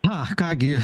na ką gi